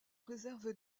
réserve